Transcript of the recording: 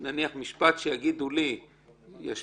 הוא קל דעת ביחס לתוצאה הקטלנית.